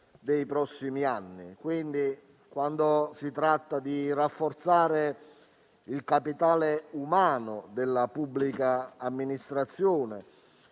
nei prossimi anni. Quando si tratta di rafforzare il capitale umano della pubblica amministrazione,